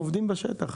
עובדים בשטח,